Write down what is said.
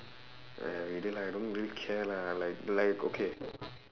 !hais! lah I don't really care lah like like okay